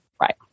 right